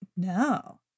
No